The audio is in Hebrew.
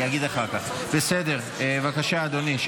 בבקשה, אדוני.